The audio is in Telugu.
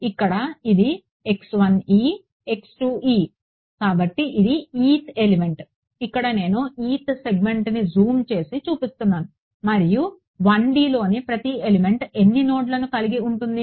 ఇక్కడ ఇది కాబట్టి ఇది eth ఎలిమెంట్ ఇక్కడ నేను eth సెగ్మెంట్ని జూమ్ చేసి చూపిస్తున్నాను మరియు 1Dలోని ప్రతి ఎలిమెంట్ ఎన్ని నోడ్లను కలిగి ఉంటుంది